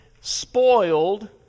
Spoiled